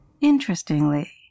Interestingly